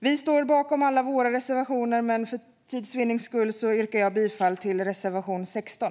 Vi står bakom alla våra reservationer, men för tids vinnande yrkar jag bifall bara till reservation 16.